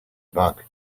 bug